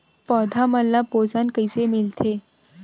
पौधा मन ला पोषण कइसे मिलथे?